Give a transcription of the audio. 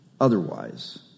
otherwise